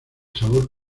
sabor